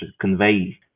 convey